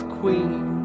queen